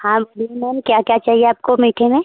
हाँ बोलिए मैम क्या क्या चाहिए आपको मीठे में